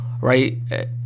right